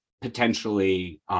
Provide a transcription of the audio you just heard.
potentially